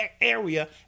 area